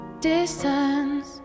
Distance